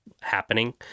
happening